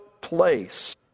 place